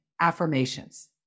affirmations